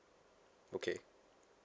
okay